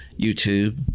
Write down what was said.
YouTube